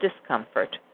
discomfort